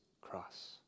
cross